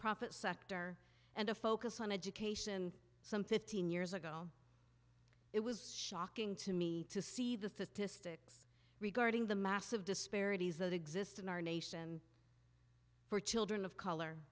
nonprofit sector and a focus on education some fifteen years ago it was shocking to me to see the fist to sticks regarding the massive disparities that exist in our nation for children of color